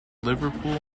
liverpool